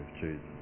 Jesus